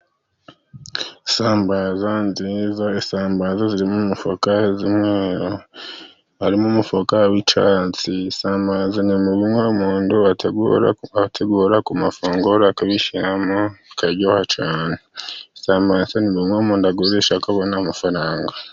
Isambaza nziza isambaza ziri mu mufuka z'umweru, harimo umufuka w'icyatsi, isambaza ni bimwe umuntu ategura ku mafunguro akazishyiramo bikaryoha cyane, isambaza ni bimwe umuntu agurisha akabona amafaranga.